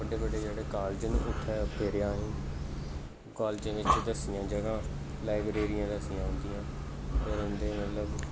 बड्डे बड्डे कालज न उत्थैं फिरे कालजें बिच्च दस्सियां जगहां लाइब्रेरियां दस्सियां उं'दियां फिर उं'दे मतलब